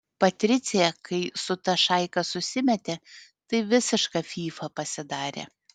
patricija kai su ta šaika susimetė tai visiška fyfa pasidarė